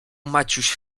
maciuś